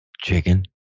chicken